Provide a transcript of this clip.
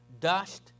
dust